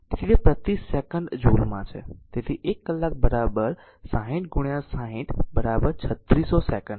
તેથી તે પ્રતિ સેકન્ડ જૂલ છે તેથી 1 કલાક r 60 60 3600 સેકંડ